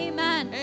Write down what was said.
Amen